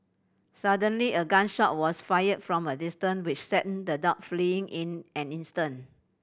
suddenly a gun shot was fired from a distance which sent the dog fleeing in an instant